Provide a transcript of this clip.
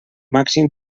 màxim